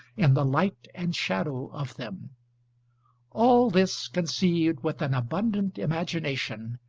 in the light and shadow of them all this, conceived with an abundant imagination,